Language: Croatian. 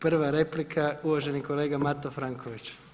Prva replika uvaženi kolega Mato Franković.